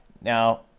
Now